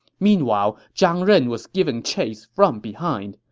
meanwhile, zhang ren was giving chase from behind.